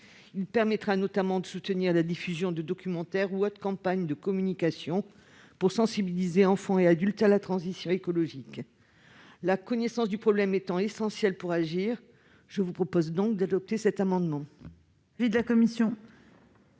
plan permettra notamment de soutenir la diffusion de documentaires ou d'autres campagnes de communication pour sensibiliser enfants et adultes à la transition écologique. Mes chers collègues, la connaissance du problème étant essentielle pour agir, je vous invite à adopter cet amendement.